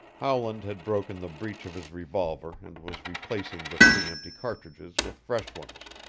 howland had broken the breech of his revolver and was replacing the three empty cartridges with fresh ones.